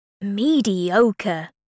Mediocre